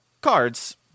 cards